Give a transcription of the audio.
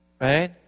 right